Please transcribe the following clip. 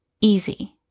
Easy